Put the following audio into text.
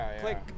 click